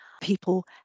People